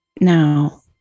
Now